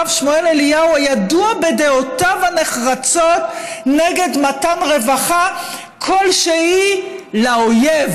הרב שמואל אליהו ידוע "בדעותיו הנחרצות נגד מתן רווחה כלשהי לאויב".